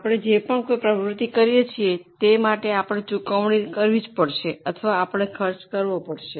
અમે જે પણ પ્રવૃત્તિ કરીએ છીએ તે માટે આપણે ચૂકવણી કરવી પડશે અથવા આપણે ખર્ચ કરવો પડશે